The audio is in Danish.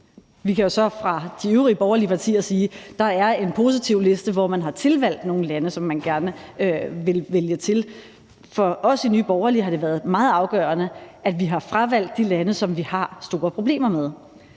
Vi kan så fra de øvrige borgerlige partier sige, at der er en positivliste, hvor man har tilvalgt nogle lande, som man gerne vil vælge til. For os i Nye Borgerlige har det været meget afgørende, at vi har fravalgt de lande, som vi har store problemer med.